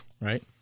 Right